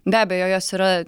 be abejo jos yra